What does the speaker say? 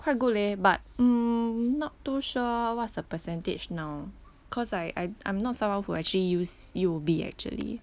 quite good leh but mm not too sure what's the percentage now cause I I I'm not someone who actually use U_O_B actually